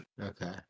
Okay